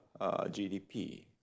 GDP